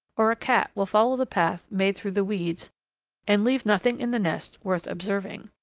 or a cat will follow the path made through the weeds and leave nothing in the nest worth observing.